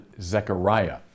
Zechariah